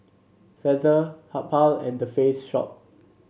Feather Habhal and The Face Shop